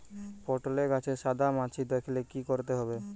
পটলে গাছে সাদা মাছি দেখালে কি করতে হবে?